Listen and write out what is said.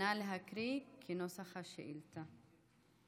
נא להקריא כנוסח השאילתה.